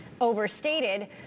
Overstated